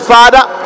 Father